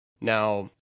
Now